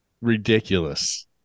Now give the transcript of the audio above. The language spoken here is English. ridiculous